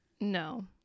no